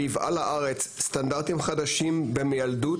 וייבאה לארץ סטנדרטים חדשים במיילדות,